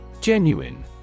Genuine